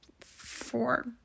four